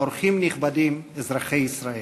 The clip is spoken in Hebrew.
אורחים נכבדים, אזרחי ישראל,